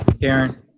Karen